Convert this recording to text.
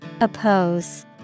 Oppose